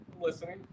listening